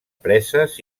preses